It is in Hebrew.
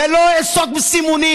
ולא אעסוק בסימונים.